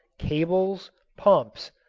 cables, pumps,